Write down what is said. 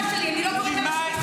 אני איתכם.